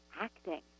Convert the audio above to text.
acting